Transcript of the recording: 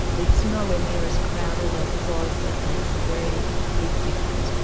it's nowhere near as crowded as it was. that makes a very big difference.